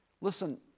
Listen